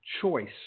choice